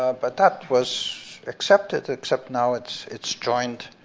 but that was accepted, except now it's it's joined